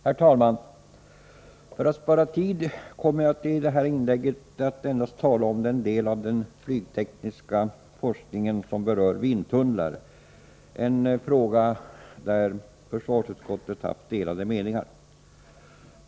Herr talman! För att spara tid kommer jag i detta inlägg att endast tala om den del av den flygtekniska forskningen som berör vindtunnlar, en fråga där försvarsutskottet haft delade meningar.